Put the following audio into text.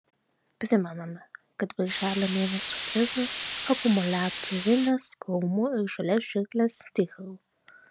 primename kad birželio mėnesio prizas akumuliatorinės krūmų ir žolės žirklės stihl